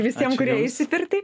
visiem kurie eis į pirtį